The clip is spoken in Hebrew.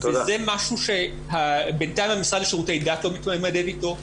זה משהו שבינתיים המשרד לשירותי דת לא מתמודד איתו,